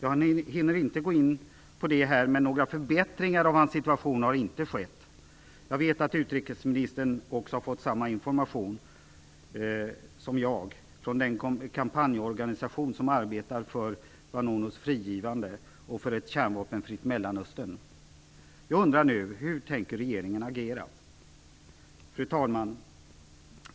Jag hinner inte gå in på det här, men några förbättringar av hans situation har inte skett. Jag vet att utrikesministern har fått samma information som jag har fått från den kampanjorganisation som arbetar för "Vanunus frigivande och för ett kärnvapenfritt Mellanöstern". Jag undrar nu: Hur tänker regeringen agera? Fru talman!